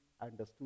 understood